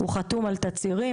הוא חתום על תצהירים,